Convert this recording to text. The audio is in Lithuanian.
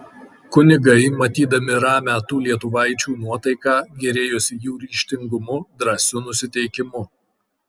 kunigai matydami ramią tų lietuvaičių nuotaiką gėrėjosi jų ryžtingumu drąsiu nusiteikimu